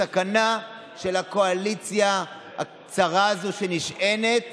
הסכנה של הקואליציה הצרה הזאת היא שהיא שנשענת